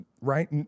right